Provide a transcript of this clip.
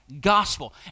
gospel